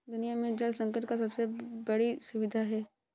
दुनिया में जल संकट का सबसे बड़ी दुविधा है